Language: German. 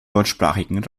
deutschsprachigen